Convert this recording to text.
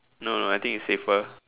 no no I think it's safer